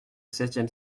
septième